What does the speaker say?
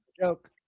joke